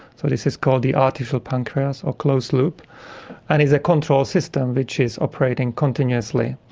so this is called the artificial pancreas or closed-loop and is a control system which is operating continuously.